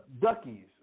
Duckies